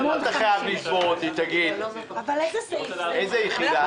איזה יחידה?